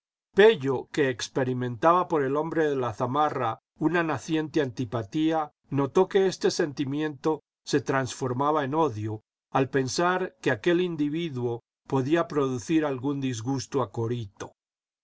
pello que experimentaba por el hombre de la zamarra una naciente antipatía notó que este sentimiento se transformaba en odio al pensar que aquel individuo podía producir algún disgusto a corito